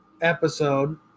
episode